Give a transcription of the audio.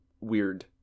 weird